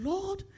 Lord